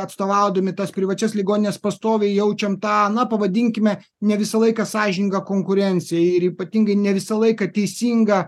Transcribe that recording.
atstovaudami tas privačias ligonines pastoviai jaučiam tą na pavadinkime ne visą laiką sąžiningą konkurenciją ir ypatingai ne visą laiką teisingą